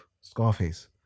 Scarface